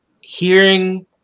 hearing